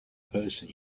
person